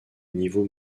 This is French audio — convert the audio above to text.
niveau